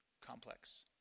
Complex